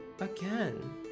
Again